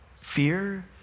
Fear